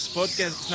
podcast